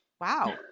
wow